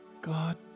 God